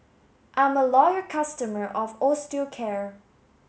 I'm a loyal customer of Osteocare